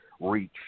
reach